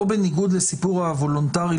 בניגוד לסיפור הוולונטרי,